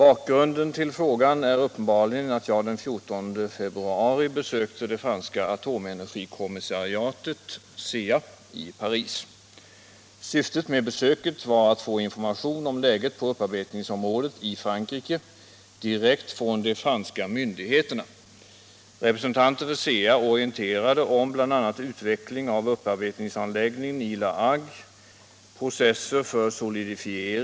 Som svar på den första delen av herr Petterssons fråga vill jag säga att jag varken vid detta eller annat tillfälle blandat mig i förhandlingarna mellan de berörda företagen.